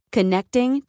Connecting